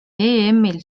emil